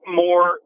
more